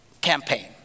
campaign